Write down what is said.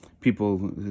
people